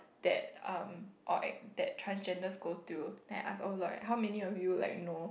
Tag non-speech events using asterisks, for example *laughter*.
that um or *noise* that transgenders go through then I ask oh like how many of you like know